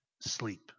sleep